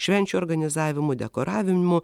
švenčių organizavimu dekoravimu